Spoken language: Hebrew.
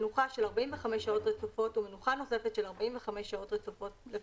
מנוחה של 45 שעות רצופות ומנוחה נוספת של 24 שעות רצופות לפחות,